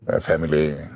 family